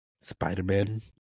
Spider-Man